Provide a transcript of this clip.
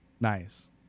Nice